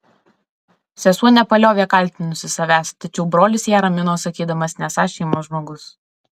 sesuo nepaliovė kaltinusi savęs tačiau brolis ją ramino sakydamas nesąs šeimos žmogus